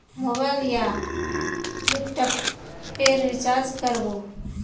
Mobile या laptop पेर recharge कर बो?